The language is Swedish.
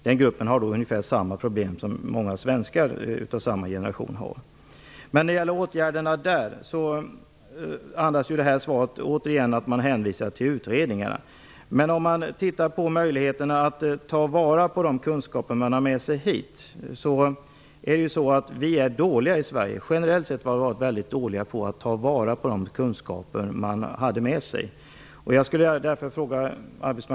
Den gruppen har ungefär samma problem som många svenskar av samma generation har. När det gäller åtgärder för dessa innebär svaret återigen hänvisningar till utredningar. Generellt sett har vi i Sverige varit dåliga på att ta till vara de kunskaper som invandrarna har med sig.